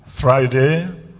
Friday